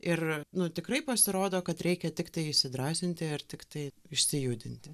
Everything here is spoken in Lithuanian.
ir nu tikrai pasirodo kad reikia tiktai įsidrąsinti ir tiktai išsijudinti